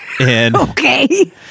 Okay